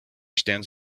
stands